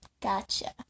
gotcha